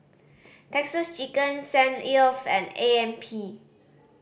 Texas Chicken Saint Ives and A M P